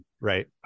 Right